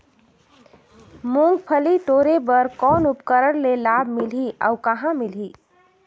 मुंगफली टोरे बर कौन उपकरण ले लाभ मिलही अउ कहाँ मिलही?